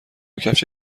کفش